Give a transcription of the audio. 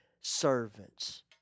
servants